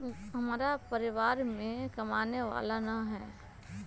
हमरा परिवार में कमाने वाला ना है?